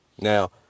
Now